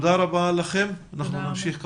תודה רבה, אני נועל את הישיבה.